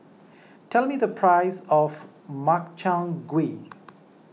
tell me the price of Makchang Gui